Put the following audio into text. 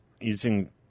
using